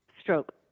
stroke